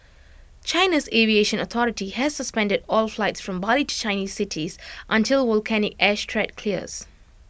China's aviation authority has suspended all flights from Bali to Chinese cities until volcanic ash threat clears